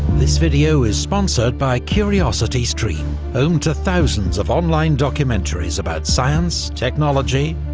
this video is sponsored by curiosity stream home to thousands of online documentaries about science, technology,